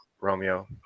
Romeo